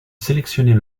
sélectionner